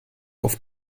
auf